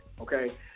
Okay